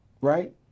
right